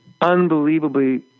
unbelievably